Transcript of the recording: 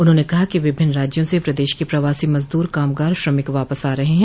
उन्होंने कहा कि विभिन्न राज्यों से प्रदेश के प्रवासी मजदूर कामगार श्रमिक वापस आ रहे है